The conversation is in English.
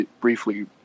briefly